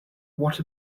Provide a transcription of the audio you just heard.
what